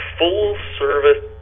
full-service